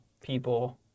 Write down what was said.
people